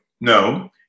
No